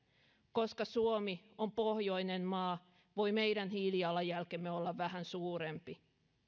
koska suomi on pohjoinen maa voi meidän hiilijalanjälkemme olla vähän suurempi